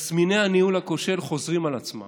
תסמיני הניהול הכושל חוזרים על עצמם.